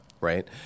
right